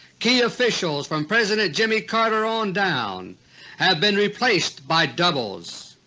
key officials from president jimmy carter on down have been replaced by doubles,